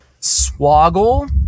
Swoggle